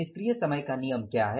निष्क्रिय समय का नियम क्या है